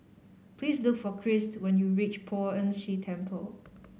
please look for Christ when you reach Poh Ern Shih Temple